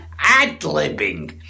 ad-libbing